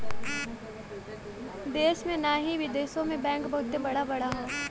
देश में ही नाही बिदेशो मे बैंक बहुते बड़ा बड़ा हौ